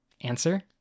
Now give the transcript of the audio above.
Answer